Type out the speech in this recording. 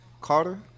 Carter